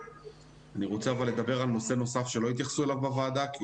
אבל אני רוצה לדבר על נושא נוסף שלא התייחסו אליו בוועדה,